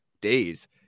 days